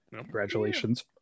Congratulations